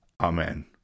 Amen